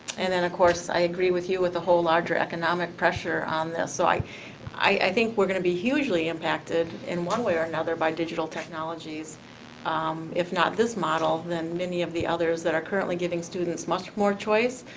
and then, of course, i agree with you with the whole larger economic pressure on this. so i i think we're going to be hugely impacted, in one way or another, by digital technologies if not this model, then many of the others that are currently giving students much more choice,